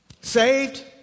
Saved